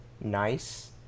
nice